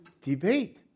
debate